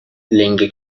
لنگه